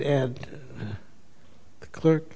add the clerk